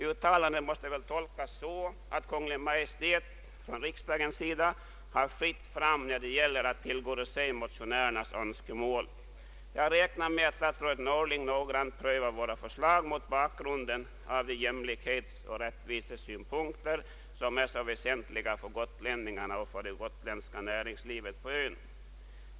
Uttalandet måste väl tolkas så att det är fritt fram för Kungl. Maj:t när det gäller att tillgodose motionärernas önskemål. Jag räknar med att statsrådet Norling noggrant prövar våra förslag mot bakgrunden av de jämlikhetsoch rättvisesynpunkter som är så väsentliga för gotlänningarna och för näringslivet på ön.